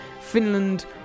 Finland